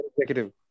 Executive